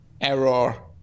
error